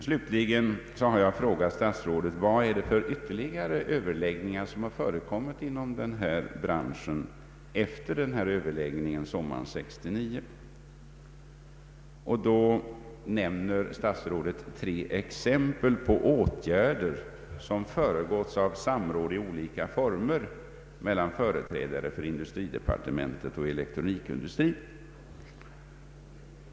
Slutligen har jag frågat statsrådet vad det är för ytterligare överläggningar som förekommit inom denna bransch efter överläggningen sommaren 1969. Då nämner statsrådet tre exempel på åtgärder, som föregåtts av samråd i olika former mellan företrädare för industridepartementet och elektronikindustrin.